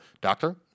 doctor